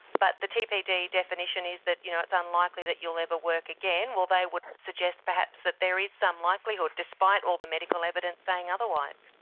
but the tpd definition is that you know it's unlikely that you'll ever work again. well, they would suggest perhaps that there is some likelihood, despite all the medical evidence saying otherwise.